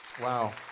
Wow